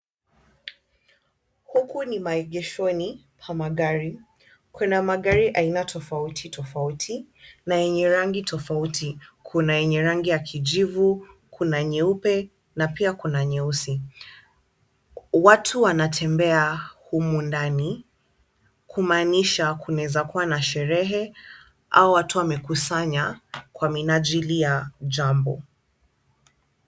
Huku ni maegeshoni pa magari. Kuna magari aina tofauti tofauti na yenye rangi tofauti. Kuna yenye rangi ya kijivu, kuna nyeupe na pia kuna nyeusi. Watu wanatembea humu ndani kumaanisha kunaweza kuwa na sherehe au watu wamekusanya kwa minajili ya jambo.